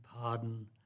pardon